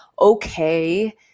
okay